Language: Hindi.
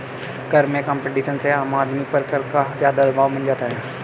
कर में कम्पटीशन से आम आदमी पर कर का ज़्यादा दवाब बन जाता है